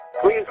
Please